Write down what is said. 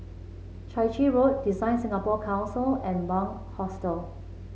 Chai Chee Road Design Singapore Council and Bunc Hostel